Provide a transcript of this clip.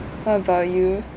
what about you